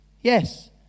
yes